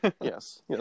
yes